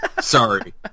Sorry